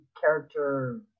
character